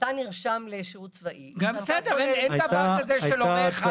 כשאתה נרשם לשירות צבאי -- אין דבר כזה ש"הורה 1",